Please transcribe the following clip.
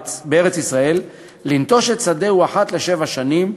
בארץ-ישראל לנטוש את שדהו אחת לשבע שנים,